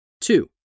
Two